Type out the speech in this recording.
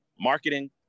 marketing